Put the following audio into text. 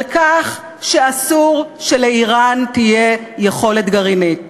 על כך שאסור שלאיראן תהיה יכולת גרעינית.